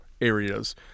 areas